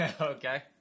Okay